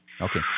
Okay